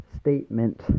statement